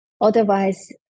otherwise